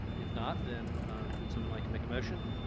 if not then would someone like to make a motion?